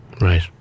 right